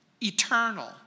eternal